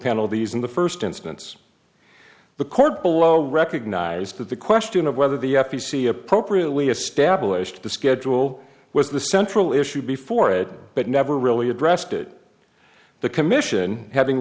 penalties in the first instance the court below recognized that the question of whether the f e c appropriately established the schedule was the central issue before it but never really addressed it the commission having